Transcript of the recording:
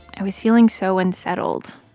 i was feeling so unsettled.